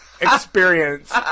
experience